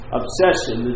obsession